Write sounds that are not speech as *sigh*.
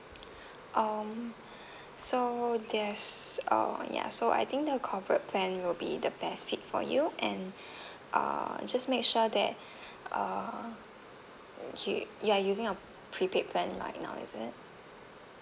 *breath* um *breath* so there's uh ya so I think the corporate plan will be the best fit for you and *breath* uh just make sure that *breath* uh okay you are using a prepaid plan right now is it